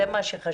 זה מה שחשוב,